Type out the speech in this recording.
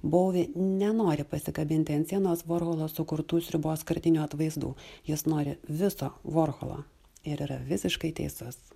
bouvi nenori pasikabinti ant sienos vorholo sukurtų sriubos skardinių atvaizdų jis nori viso vorholo ir yra visiškai teisus